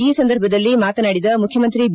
ಈ ಸಂದರ್ಭದಲ್ಲಿ ಮಾತನಾಡಿದ ಮುಖ್ಯಮಂತ್ರಿ ಬಿ